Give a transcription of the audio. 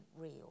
real